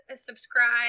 subscribe